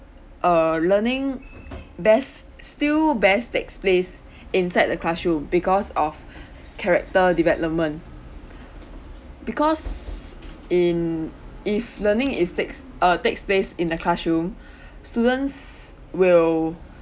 uh learning best still best takes place inside the classroom because of character development because in if learning is takes err takes place in the classroom students will